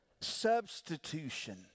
Substitution